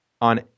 on